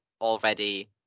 already